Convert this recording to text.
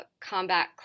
combat